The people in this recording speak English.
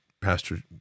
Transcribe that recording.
Pastor